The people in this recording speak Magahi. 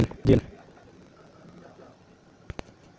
समुद्रत चार खन मछ्ली पकड़वार नाव लापता हई गेले